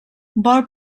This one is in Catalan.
vol